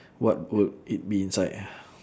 what would it be inside